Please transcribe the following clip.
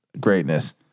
greatness